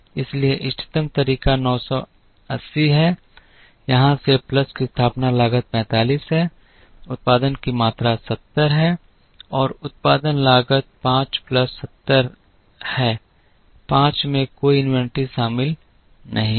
इसलिए इष्टतम तरीका 980 है यहां से प्लस की स्थापना लागत 45 है उत्पादन की मात्रा 70 है और उत्पादन लागत 5 प्लस 70 है 5 में कोई इन्वेंट्री शामिल नहीं है